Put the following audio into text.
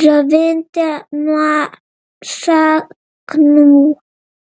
džiovinti nuo šaknų